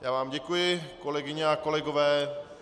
Já vám děkuji, kolegyně a kolegové.